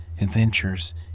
adventures